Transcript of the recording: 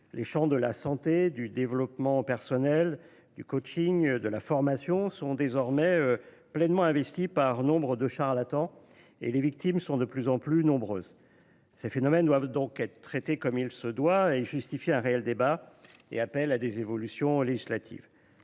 Les champs de la santé, du développement personnel, du coaching, de la formation sont désormais pleinement investis par nombre de charlatans, et les victimes sont de plus en plus nombreuses. Ces phénomènes doivent donc être traités comme il se doit : ils justifient un réel débat et impliquent des évolutions législatives.